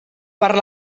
per